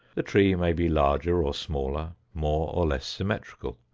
the tree may be larger or smaller, more or less symmetrical,